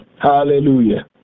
Hallelujah